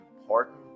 important